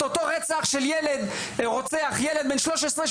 את אותו רצח שמבצע ילד בן 13,